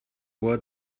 hoher